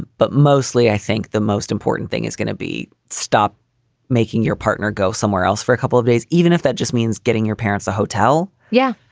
but mostly i think the most important thing is going to be stop making your partner go somewhere else for a couple of days, even if that just means getting your parents a hotel. yeah,